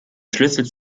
schlüssel